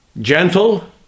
gentle